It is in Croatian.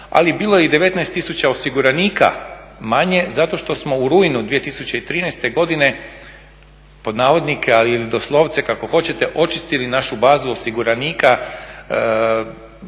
ali bilo je i 19 tisuća osiguranika manje zato što smo u rujnu 2013. godine, pod navodnike, ali i doslovce, kako hoćete, očistili našu bazu osiguranika,